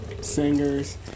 singers